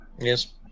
Yes